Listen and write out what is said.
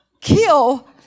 kill